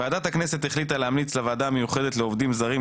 ועדת הכנסת החליטה להמליץ לוועדה המיוחדת לעובדים זרים,